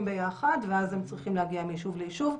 ביחד ואז הם צריכים להגיע מיישוב ליישוב.